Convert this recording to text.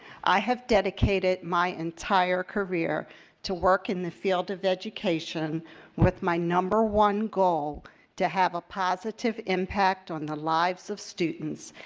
i have dedicated my entire career to work in the field of education with my number one goal to have a positive impact on the lives of students.